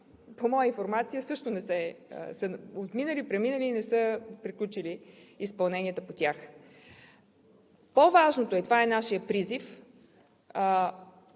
по моя информация, които са минали, преминали и не са приключили изпълненията по тях. По-важното е – това е нашият призив,